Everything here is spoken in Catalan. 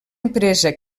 empresa